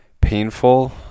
painful